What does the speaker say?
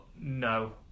no